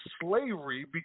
slavery